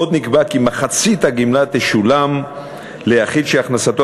עוד נקבע כי מחצית הגמלה תשולם ליחיד שהכנסתו